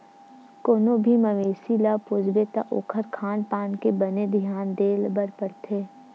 कोनो भी मवेसी ल पोसबे त ओखर खान पान के बने धियान देबर परथे